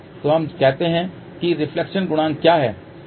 तो हम कहते हैं कि रिफ्लेक्शन गुणांक क्या है